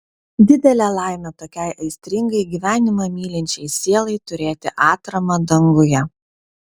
didelė laimė tokiai aistringai gyvenimą mylinčiai sielai turėti atramą danguje